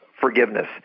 forgiveness